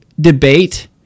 debate